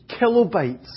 kilobytes